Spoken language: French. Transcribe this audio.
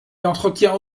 entretient